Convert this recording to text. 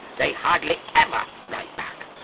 they hardly ever write back.